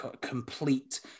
complete